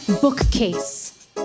Bookcase